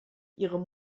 ihre